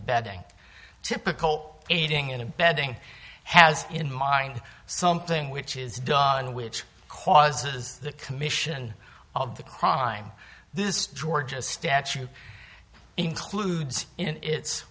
abetting typical aiding and abetting has in mind something which is done which causes the commission of the crime this drawer just statute includes in its